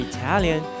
Italian